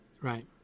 right